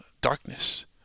darkness